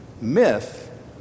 myth